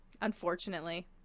unfortunately